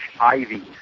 ivy